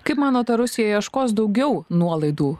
kaip manot ar rusija ieškos daugiau nuolaidų